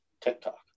TikTok